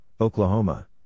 Oklahoma